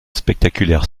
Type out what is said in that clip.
spectaculaires